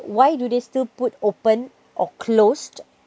why do they still put open or closed